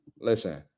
listen